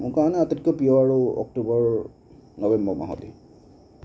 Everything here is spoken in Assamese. মোৰ কাৰণে আটাইতকৈ প্ৰিয় আৰু অক্টোবৰ নৱেম্বৰ মাহতেই